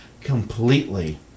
completely